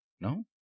no